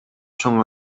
чоң